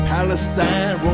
Palestine